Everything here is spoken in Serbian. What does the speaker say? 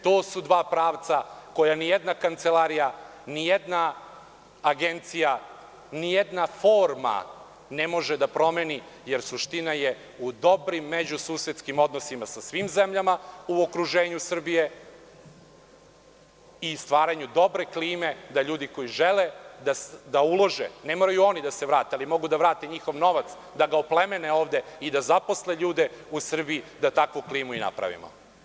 To su dva pravca koja nijedna kancelarija, nijedna agencija, nijedna forma ne može da promeni, jer suština je u dobrim međususedskim odnosima sa svim zemljama u okruženju Srbije i stvaranju dobre klime da ljudi koji žele da ulože, ne moraju oni da se vrate, ali mogu da vrate njihov novac, da ga oplemene ovde i da zaposle ljude u Srbiji da takvu klimu i napravimo.